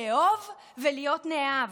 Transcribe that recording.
לאהוב ולהיות נאהב.